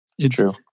True